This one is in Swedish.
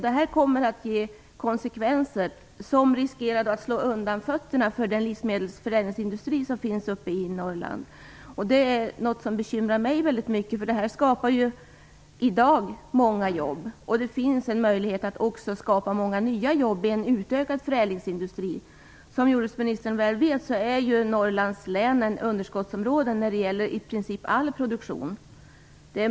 Det här kommer att medföra konsekvenser som riskerar att slå undan fötterna för den livsmedelsförädlingsindustri som finns i Norrland. Det bekymrar mig mycket. Den skapar nämligen i dag många jobb, och det finns en möjlighet att det också skapas många nya jobb i en utökad förädlingsindustri. Som jordbruksministern väl vet är Norrlands län ett underskottsområde när det gäller i princip all produktion.